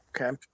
okay